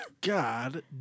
God